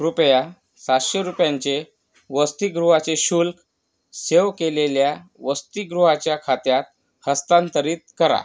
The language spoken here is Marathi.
कृपया सातशे रुपयांचे वसतिगृहाचे शुल्क सेव्ह केलेल्या वसतिगृहाच्या खात्यात हस्तांतरित करा